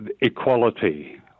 equality